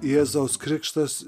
jėzaus krikštas